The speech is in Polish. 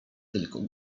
tylko